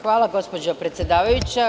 Hvala, gospođo predsedavajuća.